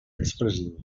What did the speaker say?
expressiu